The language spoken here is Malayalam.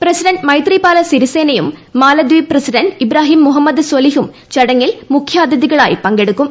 പ്രസിഡന്റ് മൈത്രിപാല സിരിസേനയും മാലദ്ധീപ് പ്രസിഡന്റ് ഇബ്രാഹിം മുഹമ്മദ് സൊലിഹും ചടങ്ങിൽ മുഖ്യാതിഥികളായി പങ്കെടുക്കും